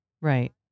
Right